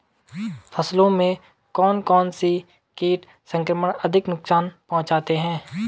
फसलों में कौन कौन से कीट संक्रमण अधिक नुकसान पहुंचाते हैं?